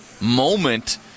moment